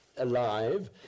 alive